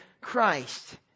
Christ